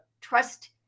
trust